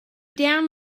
down